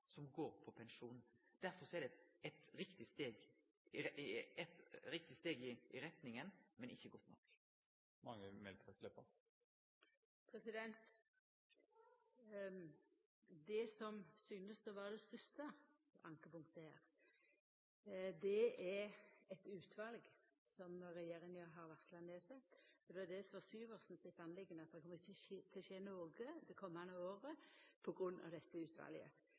som går på pensjon. Derfor er det eit steg i riktig retning, men ikkje godt nok. Det som synest å vera det største ankepunktet her, er eit utval regjeringa har varsla nedsett. Det var det som var Syversen si sak, at det ikkje kom til å skje noko det komande året på grunn av dette